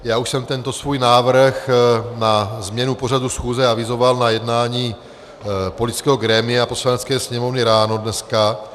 Já už jsem tento svůj návrh na změnu pořadu schůze avizoval na jednání politického grémia Poslanecké sněmovny ráno dneska.